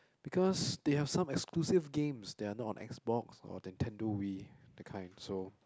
because they have some exclusive games that are not on Xbox or Nintendo Wii that kind so